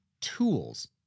tools